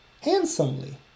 handsomely